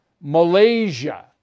Malaysia